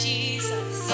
Jesus